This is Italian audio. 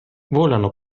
volano